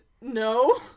No